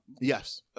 Yes